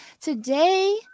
today